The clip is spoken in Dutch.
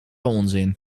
onzin